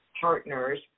partners